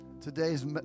today's